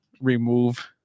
remove